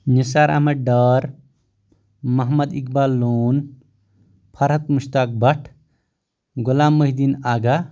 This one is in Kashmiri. نصار احمد ڈار محمد اقبال لون فرحت مُشطاق بٹ غۄلام محی الدیٖن آگاہ